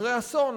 אחרי אסון,